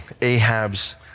Ahab's